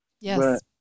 Yes